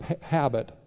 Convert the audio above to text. habit